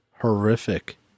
Horrific